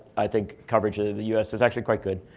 i think, coverage of the us is actually quite good.